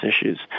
issues